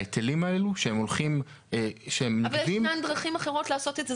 ההיטלים האלו שהם נגבים --- אבל ישנן דרכים אחרות לעשות את זה.